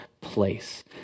place